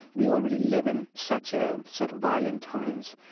we already live in such a sort of violent times.